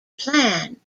plan